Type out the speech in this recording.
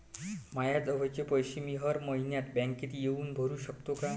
मायाजवळचे पैसे मी हर मइन्यात बँकेत येऊन भरू सकतो का?